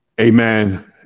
amen